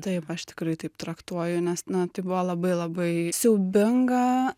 taip aš tikrai taip traktuoju nes na tai buvo labai labai siaubinga